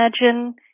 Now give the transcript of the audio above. imagine